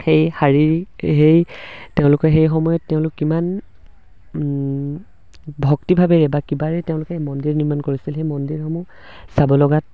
সেই শাৰীৰিক সেই তেওঁলোকে সেই সময়ত তেওঁলোক কিমান ভক্তিভাৱে বা কিবাৰে তেওঁলোকে মন্দিৰ নিৰ্মাণ কৰিছিল সেই মন্দিৰসমূহ চাব লগাত